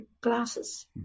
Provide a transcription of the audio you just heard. glasses